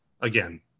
again